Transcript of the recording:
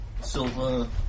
Silver